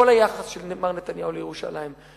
כל היחס של מר נתניהו לירושלים,